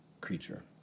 creature